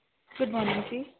good morning ਜੀ